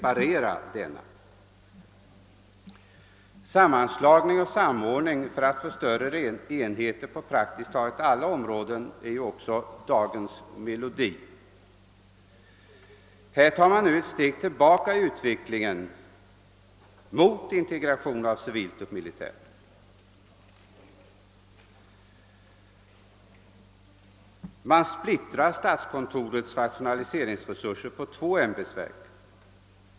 Att sammanslå och samordna för att få större enheter på praktiskt taget alla områden är också dagens melodi. Här tar man nu ett steg tillbaka i utvecklingen mot integration av civilt och militärt. Man splittrar statskontorets rationaliseringsresurser på två ämbetsverk.